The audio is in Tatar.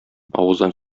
авыздан